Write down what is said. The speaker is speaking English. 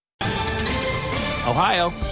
Ohio